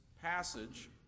passage